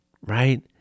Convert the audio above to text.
right